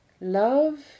Love